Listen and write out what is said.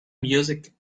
music